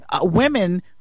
Women